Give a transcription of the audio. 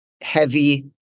heavy